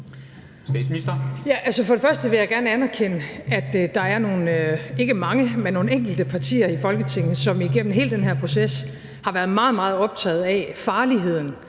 For det første vil jeg gerne anerkende, at der er nogle – det er ikke mange – enkelte partier i Folketinget, som igennem hele den her proces har været meget, meget optaget af farligheden